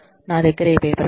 నా దగ్గర ఈ పేపర్ ఉంది